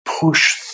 push